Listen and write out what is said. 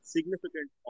Significant